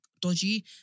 dodgy